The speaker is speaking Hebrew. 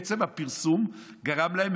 עצם הפרסום גרם להם,